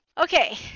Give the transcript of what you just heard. Okay